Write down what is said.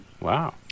wow